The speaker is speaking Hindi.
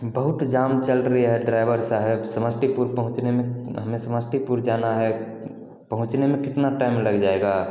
बहुत जाम चल रहा है ड्राइवर साहब समस्तीपुर पहुँचने में हमें समस्तीपुर जाना है पहुँचने में कितना टाइम लग जाएगा